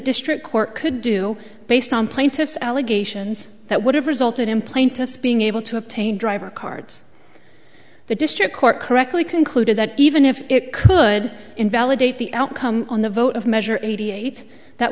district court could do based on plaintiff's allegations that would have resulted in plaintiffs being able to obtain driver cards the district court correctly concluded that even if it could invalidate the outcome on the vote of measure eighty eight that